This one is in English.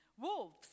wolves